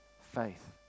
faith